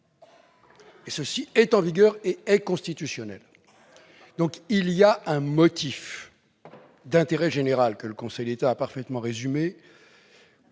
: c'est en vigueur et c'est constitutionnel ! Donc, il y a un motif d'intérêt général, que le Conseil d'État a parfaitement résumé,